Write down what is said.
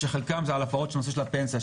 שחלקן זה על הפרות בנושא של הפנסיה,